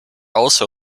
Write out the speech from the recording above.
also